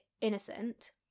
innocent